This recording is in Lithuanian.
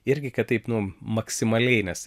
irgi kad taip nu maksimaliai nes